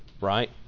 right